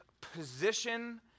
position